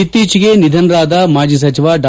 ಇತ್ತೀಚೆಗೆ ನಿಧನರಾದ ಮಾಜಿ ಸಚಿವ ಡಾ